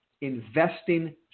investing